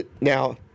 now